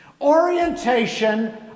orientation